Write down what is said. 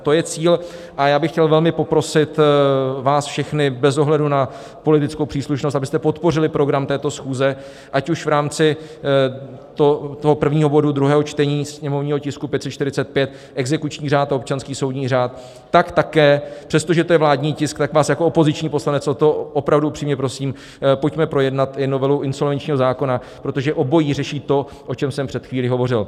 To je cíl a já bych chtěl velmi poprosit vás všechny bez ohledu na politickou příslušnost, abyste podpořili program této schůze, ať už v rámci prvního bodu druhého čtení, sněmovního tisku 545, exekuční řád a občanský soudní řád, tak také, přestože to je vládní tisk, vás jako opoziční poslanec o to opravdu upřímně prosím, pojďme projednat i novelu insolvenčního zákona, protože obojí řeší to, o čem jsem před chvílí hovořil.